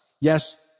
Yes